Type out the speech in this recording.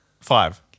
five